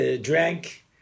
Drank